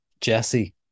Jesse